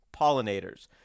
pollinators